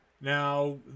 Now